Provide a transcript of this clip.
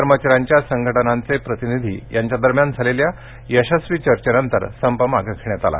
कर्मचाऱ्यांच्या संघटनांचे प्रतिनिधी यांच्यात झालेल्या यशस्वी चर्चेनंतर संप मागं घेण्यात आला